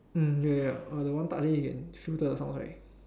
mm ya ya ya oh that one touch already you can filter the sounds right